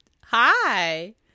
hi